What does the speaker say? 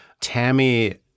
Tammy